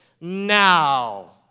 now